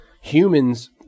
humans